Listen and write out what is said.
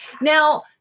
Now